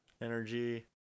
Energy